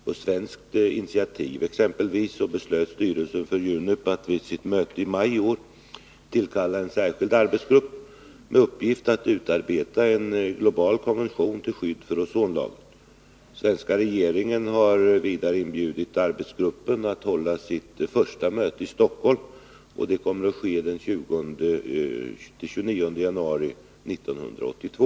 På svenskt initiativ beslöt exempelvis styrelsen för UNEP vid sitt möte i maj i år att tillkalla en särskild arbetsgrupp med uppgift att utarbeta en global konvention till skydd för ozonlagret. Den svenska regeringen har vidare inbjudit arbetsgruppen att hålla sitt första möte i Stockholm. Det kommer att ske den 20-29 januari 1982.